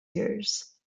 years